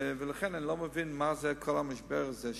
ולכן אני לא מבין מה זה כל המשבר הזה.